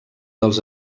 dels